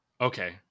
Okay